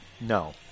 No